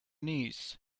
knees